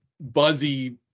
buzzy